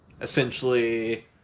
essentially